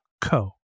co